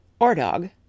ordog